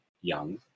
young